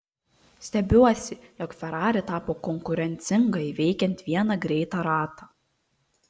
stebiuosi jog ferrari tapo konkurencinga įveikiant vieną greitą ratą